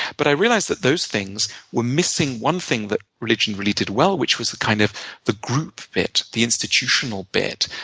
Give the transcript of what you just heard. but i realized that those things were missing one thing that religion really did well, which was the kind of group bit, the institutional bit,